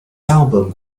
album